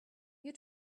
you